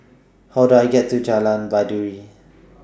How Do I get to Jalan Baiduri